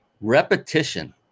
Repetition